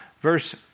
verse